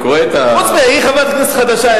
חוץ מזה, היא חברת כנסת חדשה.